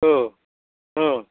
ओ ओ